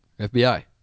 FBI